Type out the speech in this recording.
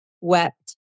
wept